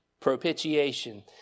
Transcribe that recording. Propitiation